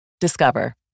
Discover